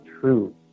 true